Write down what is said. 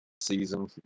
season